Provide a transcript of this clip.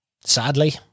Sadly